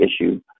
issue